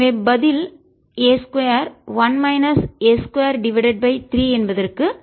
எனவே பதில் a 2 1 minus a 2 divided by 3 என்பதற்கு சமம் ஆகும்